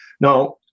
Now